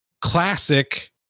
classic